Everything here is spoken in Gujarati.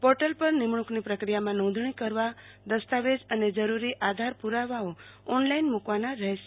પોર્ટલ પર નિમણું કની પ્રતિકિયામાં નોંધણી કરવા દસ્તાવેજ અને જરૂરી આધાર પુ રાવાઓ ઓનલાઈન મુ કવાના રહેશે